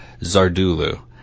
Zardulu